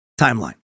timeline